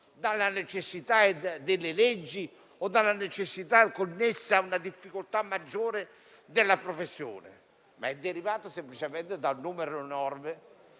dalla necessità delle leggi o dalla necessità connessa a una difficoltà maggiore della professione, ma semplicemente dal numero